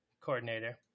coordinator